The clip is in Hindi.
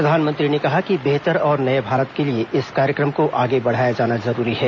प्रधानमंत्री ने कहा कि बेहतर और नये भारत के लिए इस कार्यक्रम को आगे बढ़ाया जाना जरूरी है